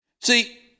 See